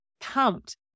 pumped